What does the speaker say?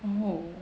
oh